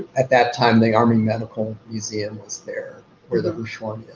at that time, the army medical museum was there where the hirshhorn